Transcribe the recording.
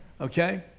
Okay